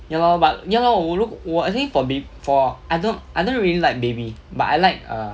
ya lor but ya lor 我如我我 I think for bab~ I don't I don't really like baby but I like err